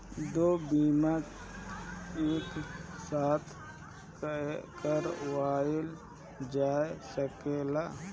दो बीमा एक साथ करवाईल जा सकेला?